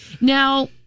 Now